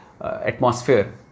atmosphere